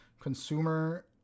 Consumer